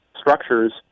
structures